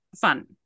fun